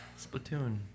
Splatoon